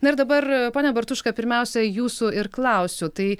na ir dabar pone bartuška pirmiausia jūsų ir klausiu tai